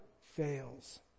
fails